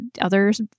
others